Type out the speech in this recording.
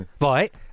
right